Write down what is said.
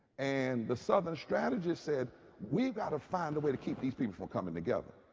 and the southern strategy said we've got to find a way to keep these people from coming together.